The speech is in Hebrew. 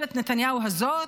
ממשלת נתניהו הזאת,